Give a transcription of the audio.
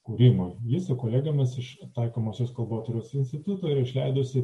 kūrimui ji su kolegomis iš taikomosios kalbotyros instituto išleidusi